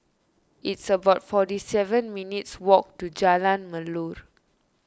it's about forty seven minutes walk to Jalan Melor